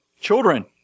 Children